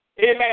Amen